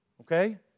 okay